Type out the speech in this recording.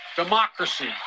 Democracy